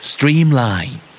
Streamline